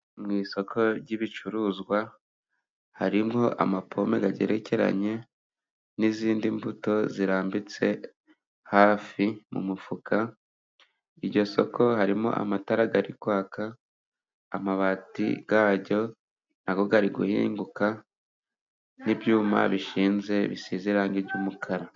Mu isoko ry'ibicuruzwa harimo amapome agerekeranye n'izindi mbuto zirambitse hafi mu mufuka, iryo soko harimo amatara arikwaka, amabati yaryo ari guhinguka n'ibyuma bishinze bisize irangi ry'umukara.